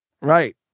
right